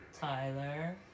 Tyler